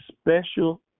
special